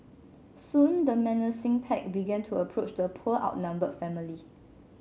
soon the menacing pack began to approach the poor outnumbered family